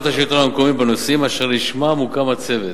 השלטון המקומי בנושאים אשר לשמם הוקם הצוות,